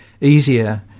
easier